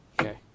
Okay